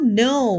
no